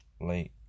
late